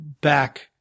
back